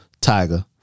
tiger